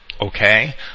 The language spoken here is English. Okay